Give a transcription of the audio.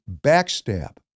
backstab